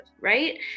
right